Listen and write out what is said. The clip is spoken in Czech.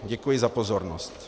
Děkuji za pozornost.